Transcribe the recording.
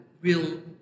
real